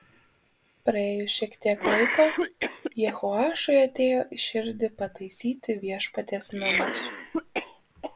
praėjus šiek tiek laiko jehoašui atėjo į širdį pataisyti viešpaties namus